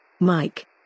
Mike